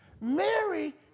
Mary